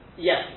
Yes